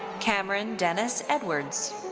cameron dennis edwards.